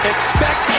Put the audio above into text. Expect